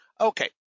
Okay